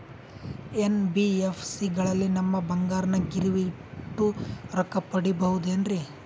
NBFC ಗಳಲ್ಲಿ ನಮ್ಮ ಬಂಗಾರನ ಗಿರಿವಿ ಇಟ್ಟು ರೊಕ್ಕ ಪಡೆಯಬಹುದೇನ್ರಿ?